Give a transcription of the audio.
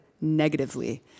negatively